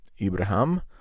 Ibrahim